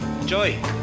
enjoy